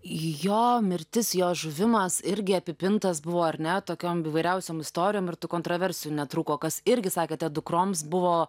jo mirtis jo žuvimas irgi apipintas buvo ar ne tokiom įvairiausiom istorijom ir tų kontroversijų netrūko kas irgi sakėte dukroms buvo